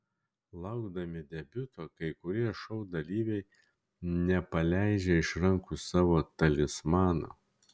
laukdami debiuto kai kurie šou dalyviai nepaleidžia iš rankų savo talismanų